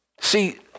See